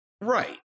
right